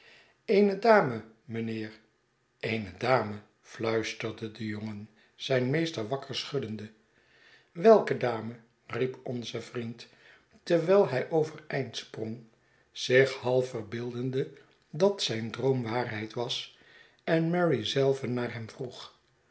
eene dame mijnheer eene dame fluisterde de jongen zijn meester wakker schuddende welke dame riep onze vriend terwijl hij overeindsprong zich half verbeeldende dat z'yn droom waarheid was en mary zelve naar hem vroeg